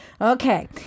Okay